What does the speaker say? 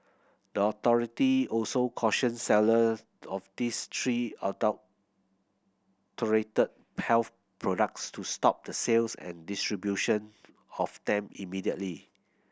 the authority also cautioned seller of these three adulterated health products to stop the sales and distribution of them immediately